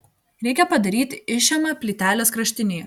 reikia padaryti išėmą plytelės kraštinėje